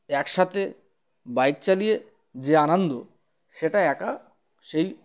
একসাথে বাইক চালিয়ে যে আনন্দ সেটা একা সেই